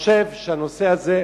לשקר הזה?